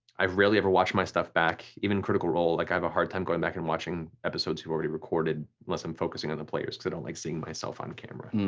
i rarely ever watch my stuff back, even critical role like i have a hard time going back and watching episodes we already recorded unless i'm focusing on the players cause i don't like seeing myself on camera.